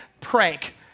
prank